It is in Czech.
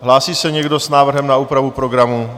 Hlásí se někdo s návrhem na úpravu programu?